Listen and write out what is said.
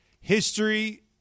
history